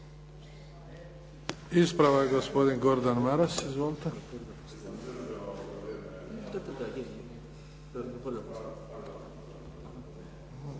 Hvala vam